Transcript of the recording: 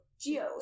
Geo